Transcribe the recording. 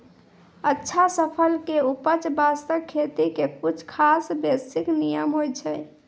अच्छा फसल के उपज बास्तं खेती के कुछ खास बेसिक नियम होय छै